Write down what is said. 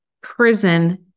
prison